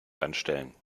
anstellen